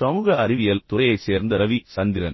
சமூக அறிவியல் துறையைச் சேர்ந்த ரவி சந்திரன்